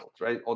right